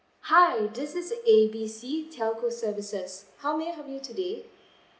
hi is this is A B C telco services how may I help you today